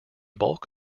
bulk